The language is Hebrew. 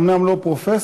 אומנם לא פרופסור,